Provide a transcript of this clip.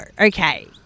okay